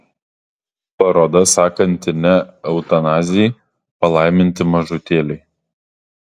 paroda sakanti ne eutanazijai palaiminti mažutėliai